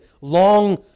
long